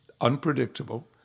unpredictable